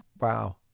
Wow